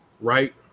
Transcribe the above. right